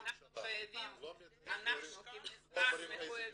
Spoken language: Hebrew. אנחנו כמשרד מחויבים.